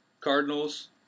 Cardinals